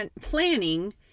planning